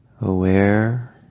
aware